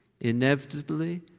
inevitably